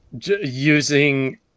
Using